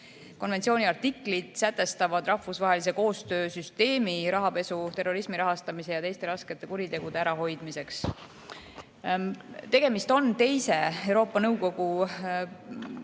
Konventsiooni artiklid sätestavad rahvusvahelise koostöösüsteemi rahapesu ja terrorismi rahastamise ning teiste raskete kuritegude ärahoidmiseks. Tegemist on Euroopa Nõukogu